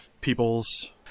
peoples